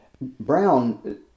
Brown